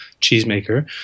cheesemaker